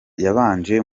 yabanje